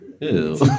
Ew